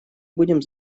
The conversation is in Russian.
будем